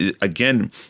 again